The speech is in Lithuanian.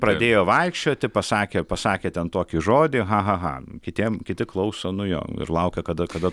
pradėjo vaikščioti pasakė pasakė ten tokį žodį ha ha ha kitiem kiti klauso nu jo ir laukia kada kada